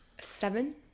seven